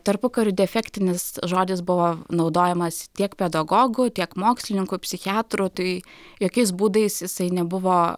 tarpukariu defektinis žodis buvo naudojamas tiek pedagogų tiek mokslininkų psichiatrų tai jokiais būdais jisai nebuvo